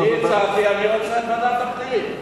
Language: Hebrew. אני הצעתי, אני רוצה לוועדת הפנים.